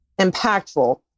impactful